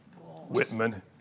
Whitman